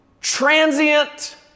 transient